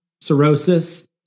cirrhosis